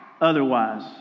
otherwise